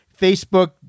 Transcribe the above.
Facebook